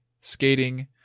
skating